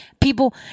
People